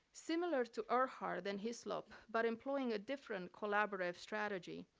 similar to erhardt than hislop, but employing a different collaborative strategy,